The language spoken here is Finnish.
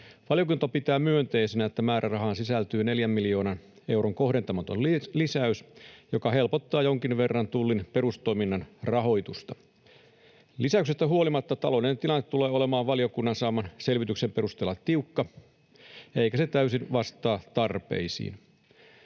Valiokunta pitää myönteisenä, että määrärahaan sisältyy 4 miljoonan euron kohdentamaton lisäys, joka helpottaa jonkin verran tullin perustoiminnan rahoitusta. Lisäyksestä huolimatta taloudellinen tilanne tulee olemaan valiokunnan saaman selvityksen perusteella tiukka, eikä se täysin vastaa tarpeisiin.